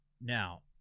Now